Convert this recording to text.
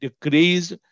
decreased